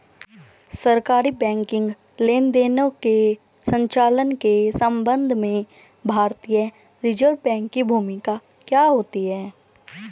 सरकारी बैंकिंग लेनदेनों के संचालन के संबंध में भारतीय रिज़र्व बैंक की भूमिका क्या होती है?